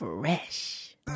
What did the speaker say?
Fresh